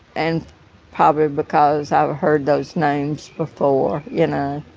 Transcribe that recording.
and probably because i've heard those names before you know?